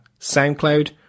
SoundCloud